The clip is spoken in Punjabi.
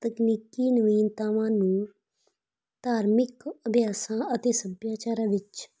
ਤਕਨੀਕੀ ਨਵੀਨਤਾਵਾਂ ਨੂੰ ਧਾਰਮਿਕ ਅਭਿਆਸਾਂ ਅਤੇ ਸੱਭਿਆਚਾਰਾਂ ਵਿੱਚ